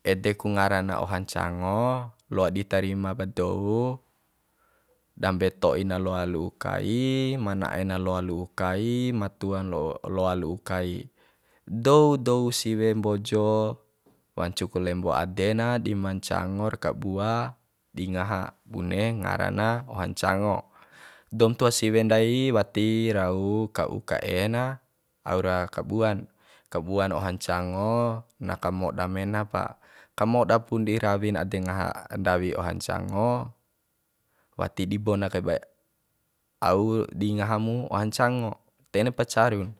ede ku ngara na oha ncango loa di tarima ba dou dambe to'i na loa lu'u kai ma na'e na loa lu'u kai ma tua loan lu'u kai dou dou siwe mbojo wancu ku lembo ade na di ma ncangor kabua di ngaha bune ngara na oha ncango doum tua siwe ndai wati rau ka u ka e na aura kabua na kabuan oha ncango na kamoda mena pa kamoda pun dirawin ade ngaha ndawi oha ncango wati di bona kai ba au dingaha mu oha ncango ntene pa carun